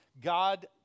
God